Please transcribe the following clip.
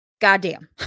goddamn